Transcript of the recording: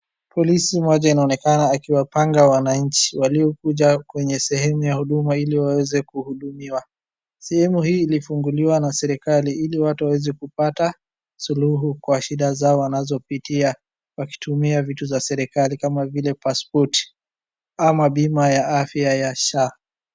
Polisi mmoja inaonekana akiwapanga wananchi waliokuja kwenye sehemu ya huduma ili waweze kuhudumiwa. Sehemu hii ilifunguliwa na serikali ili watu waweze kupata suluhu kwa shida zao wanazopitia wakitumia vitu za serikali kama vile paspoti ama bima ya afya ya sha.